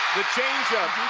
change-up.